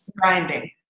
grinding